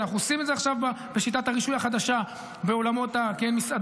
אנחנו עושים את זה עכשיו בשיטת הרישוי החדשה בעולמות המסעדות,